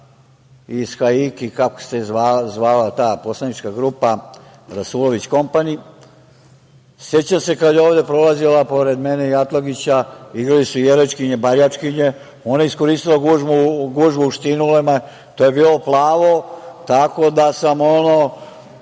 iz Haiki, kako se zvala ta poslanička grupa, „rasulović kompani“, sećam se kada je ovde prolazila pored mene i Atlagića, igrali su „Arjačkinje barjačkinje“, ona je iskoristila gužvu, uštinula me je, to je bilo plavo tako da sam kada